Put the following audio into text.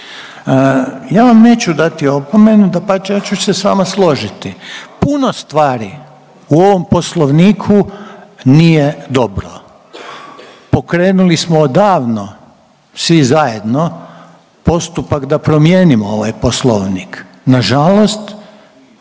Ja vam neću dati opomenu, dapače ja ću se s vama složiti. Puno stvari u ovom Poslovniku nije dobro. Pokrenuli smo davno svi zajedno postupak da promijenimo ovaj Poslovnik. Nažalost,